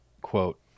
quote